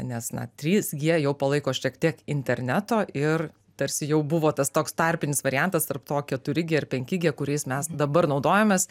nes na trys gie jau palaiko šiek tiek interneto ir tarsi jau buvo tas toks tarpinis variantas tarp to keturi gie ir penki gie kuriais mes dabar naudojamės